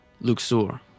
Luxor